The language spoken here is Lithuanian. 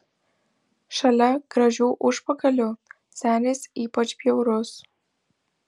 šalia gražių užpakalių senis ypač bjaurus